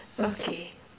okay